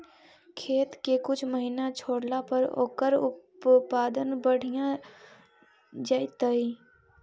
खेत के कुछ महिना छोड़ला पर ओकर उत्पादन बढ़िया जैतइ?